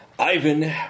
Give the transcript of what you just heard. Ivan